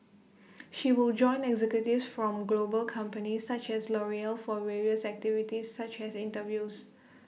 she will join executives from global companies such as L'Oreal for various activities such as interviews